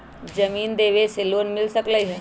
जमीन देवे से लोन मिल सकलइ ह?